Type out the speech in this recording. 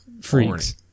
freaks